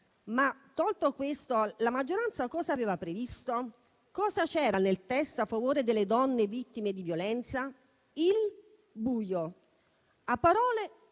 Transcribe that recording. tolto questo, la maggioranza cosa aveva previsto? Cosa c'era nel testo a favore delle donne vittime di violenza? Il buio. A parole